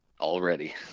Already